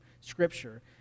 Scripture